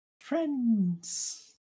Friends